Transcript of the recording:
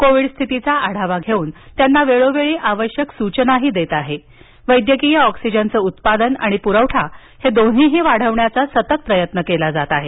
Covid स्थितीचा आढावाघेऊन त्यांना वेळोवेळी आवश्यक सूचनाही देत आहे वैद्यकीय ऑक्सीजनचं उत्पादन आणिपुरवठा वाढवण्याचा सतत प्रयत्न केला जात आहे